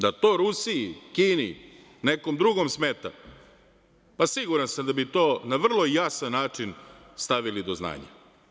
Da to Rusiji, Kini, nekom drugom smeta, pa siguran sam da bi to na vrlo jasan način stavili do znanja.